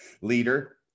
leader